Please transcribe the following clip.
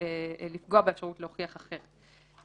לפגוע באפשרות להוכיח אחרת.